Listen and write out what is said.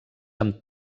amb